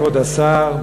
כבוד השר,